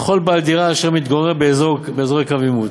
לכל בעל דירה אשר מתגורר באזורי קו העימות.